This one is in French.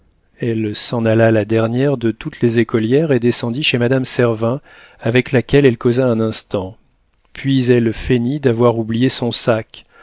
elle s'en alla la dernière de toutes les écolières et descendit chez madame servin avec laquelle elle causa un instant puis elle feignit d'avoir oublié son sac